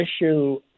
issue